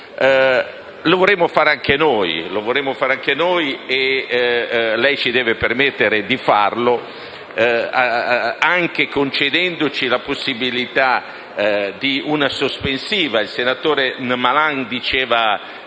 Lo vorremmo fare anche noi e lei ci deve permettere di farlo anche concedendoci la possibilità di una sospensione. Il senatore Malan diceva